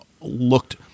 looked